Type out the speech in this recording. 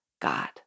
God